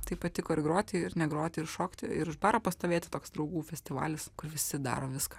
tai patiko ir groti ir negroti ir šokti ir už baro pastovėti toks draugų festivalis visi daro viską